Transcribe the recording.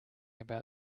about